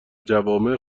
جوامع